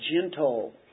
gentle